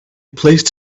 placed